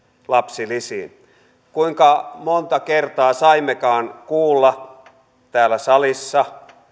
lapsilisiin kuinka monta kertaa saimmekaan kuulla täällä salissa